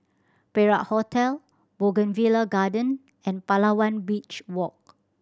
Perak Hotel Bougainvillea Garden and Palawan Beach Walk